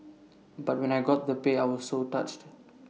but when I got the pay I was so touched